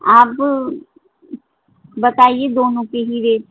آپ بتائیے دونوں کے ہی ریٹ